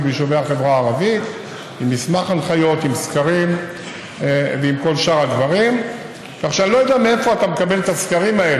חברת הכנסת קארין אלהרר ואשר עבדנו עליו קשה בוועדה לזכויות